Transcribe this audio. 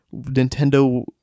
Nintendo